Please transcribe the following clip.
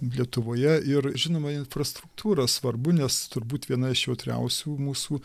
lietuvoje ir žinoma infrastruktūra svarbu nes turbūt viena iš jautriausių mūsų